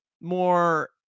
more